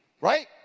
Right